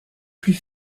plus